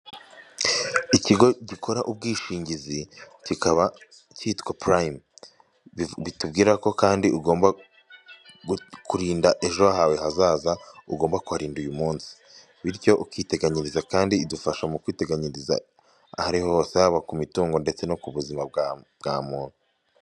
ikigo gikora ubwishingizi kikaba cyitwa purayimu bitubwira ko kandi ugomba kurinda ejo hawe hazaza ugomba kuharinda uyu munsi bityo ukiteganyiriza kandi idufasha mu kwiteganyiriza ahari hose haba ku mitungo ndetse no ku buzima bwa muntu.